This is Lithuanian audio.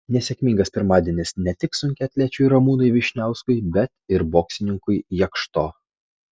nesėkmingas pirmadienis ne tik sunkiaatlečiui ramūnui vyšniauskui bet ir boksininkui jakšto